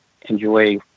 enjoy